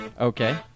Okay